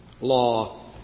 law